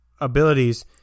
abilities